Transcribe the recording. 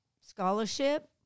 scholarship